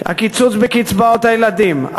הקיצוץ בקצבאות הילדים,